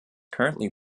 currently